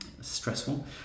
stressful